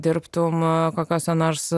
dirbtum kokiose nors